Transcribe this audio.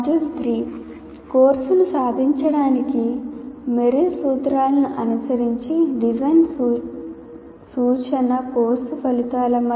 module 3 కోర్సును సాధించడానికి Merrill సూత్రాల